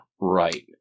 right